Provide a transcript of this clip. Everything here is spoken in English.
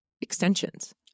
extensions